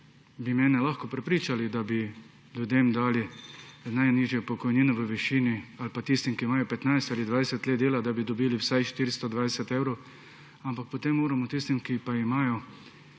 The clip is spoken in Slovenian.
bi lahko prepričali, da bi ljudem dali najnižjo pokojnino ali da bi tisti, ki imajo za sabo 15 ali 20 let dela, dobili vsaj 420 evrov, ampak potem moramo tistim, ki pa imajo